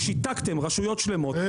ששיתקתם רשויות שלמות,